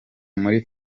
muri